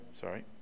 Sorry